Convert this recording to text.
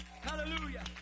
Hallelujah